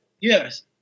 Yes